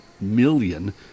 million